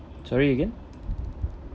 sorry again